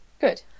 Good